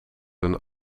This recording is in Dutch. een